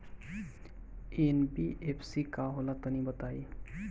NBFC का होला तनि बताई?